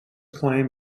claim